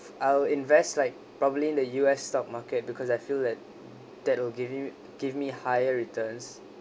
I'll invest like probably in the U_S stock market because I feel that that will give you give me higher returns